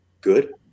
Good